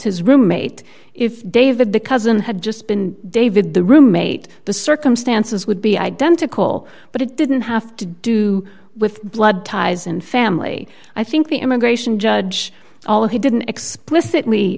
his roommate if david the cousin had just been david the roommate the circumstances would be identical but it didn't have to do with blood ties and family i think the immigration judge although he didn't explicitly